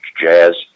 jazz